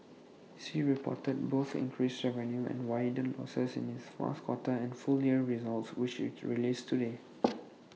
sea reported both increased revenues and wider losses in its fourth quarter and full year results which IT released today